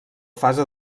fase